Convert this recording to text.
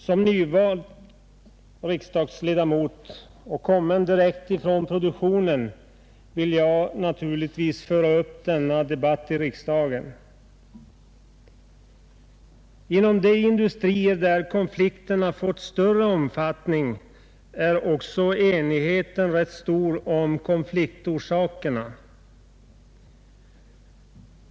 Som nyvald riksdagsledamot, kommen direkt från produktionen, vill jag naturligtvis föra upp denna debatt till riksdagen. Inom de industrier där konflikterna har fått större omfattning är enigheten ganska stor om konfliktorsakerna.